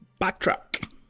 Backtrack